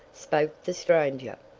spoke the stranger.